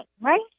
right